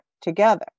together